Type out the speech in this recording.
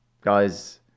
guys